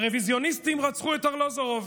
הרוויזיוניסטים רצחו את ארלוזורוב.